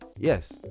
Yes